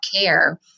care